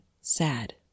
sad